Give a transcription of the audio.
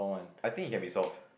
I think it can be solved